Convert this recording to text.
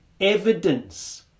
evidence